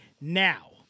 Now